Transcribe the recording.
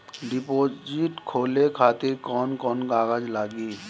Deposit खोले खातिर कौन कौन कागज लागी?